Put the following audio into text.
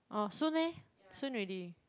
orh soon meh soon already